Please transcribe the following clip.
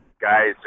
guys